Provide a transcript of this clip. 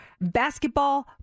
basketball